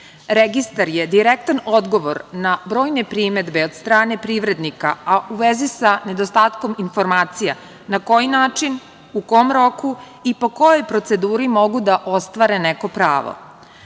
Registar je direktan odgovor na brojne primedbe od strane privrednika, a u vezi sa nedostatkom informacija na koji način, u kom roku i po kojoj proceduri mogu da ostvare neko pravo. Ovaj